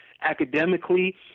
academically